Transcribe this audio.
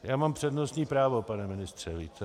Já mám přednostní právo, pane ministře, víte?